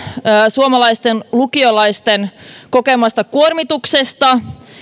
suomalaisten lukiolaisten kokemasta kuormituksesta